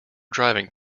driving